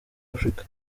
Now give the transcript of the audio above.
africa